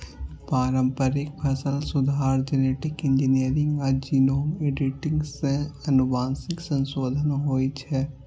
पारंपरिक फसल सुधार, जेनेटिक इंजीनियरिंग आ जीनोम एडिटिंग सं आनुवंशिक संशोधन होइ छै